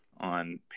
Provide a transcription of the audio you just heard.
on